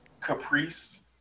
caprice